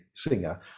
singer